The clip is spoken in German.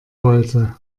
wollte